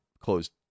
closed